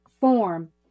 form